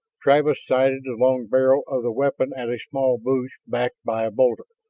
travis sighted the long barrel of the weapon at a small bush backed by a boulder,